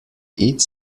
its